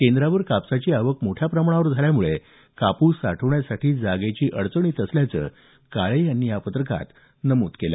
केंद्रावर कापसाची आवक मोठ्या प्रमाणावर झाल्यामुळे कापूस साठवण्यासाठी जागेची अडचण येत असल्याचं काळे यांनी या पत्रकात नमूद केल